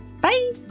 bye